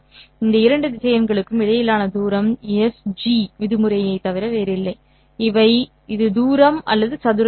இந்த இரண்டு திசையன்களுக்கும் இடையிலான தூரம் S G விதிமுறையைத் தவிர வேறில்லை இது தூரம் அல்லது தூர சதுரம்